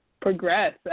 progress